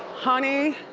honey,